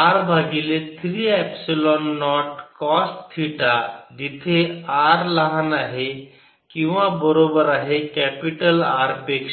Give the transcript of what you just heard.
r भागिले 3 epsilon naught cos theta जिथे r लहान आहे किंवा बरोबर आहे कॅपिटल R पेक्षा